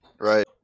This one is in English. Right